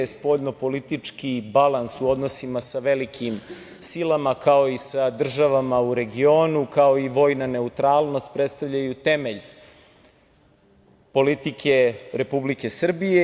Spoljnopolitički balans u odnosima sa velikim silama, kao i sa državama u regionu, kao i vojna neutralnost predstavljaju temelj politike Republike Srbije.